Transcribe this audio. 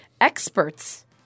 experts